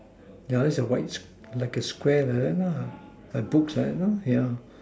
yeah that's a white like a Square like that lah like books like that yeah